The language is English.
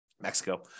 Mexico